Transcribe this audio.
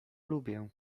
lubię